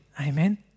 Amen